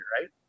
right